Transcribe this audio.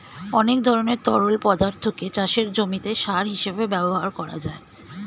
অনেক ধরনের তরল পদার্থকে চাষের জমিতে সার হিসেবে ব্যবহার করা যায়